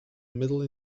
middle